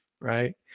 right